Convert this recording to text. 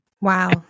Wow